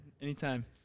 Anytime